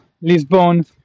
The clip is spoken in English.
Lisbon